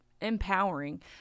empowering